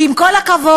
כי עם כל הכבוד,